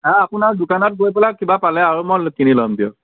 হাঁ আপোনাৰ দোকানত গৈ পেলাই কিবা পালে আৰু মই কিনি লম দিয়ক